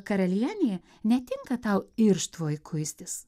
karalienė netinka tau irštvoj kuistis